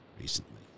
recently